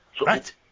right